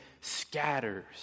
scatters